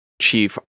chief